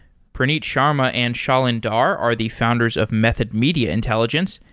praneet sharma and shailin dhar are the founders of method media intelligence,